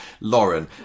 Lauren